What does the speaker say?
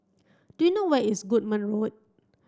do you know where is Goodman Road